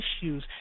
issues